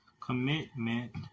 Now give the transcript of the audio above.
commitment